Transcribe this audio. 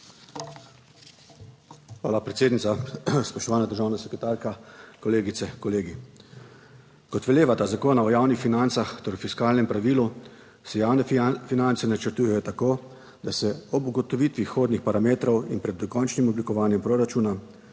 Hvala predsednica. Spoštovana državna sekretarka, kolegice in kolegi! Kot veleva ta Zakona o javnih financah ter o fiskalnem pravilu se javne finance načrtujejo tako, da se ob ugotovitvi vhodnih parametrov in pred dokončnim oblikovanjem proračuna